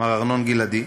מר ארנון גלעדי,